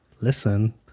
listen